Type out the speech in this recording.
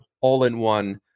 all-in-one